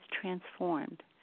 transformed